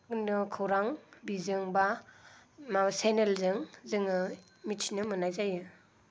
खौरां बिजों बा माबा चेनेलजों जोङो मिथिनो मोननाय जायो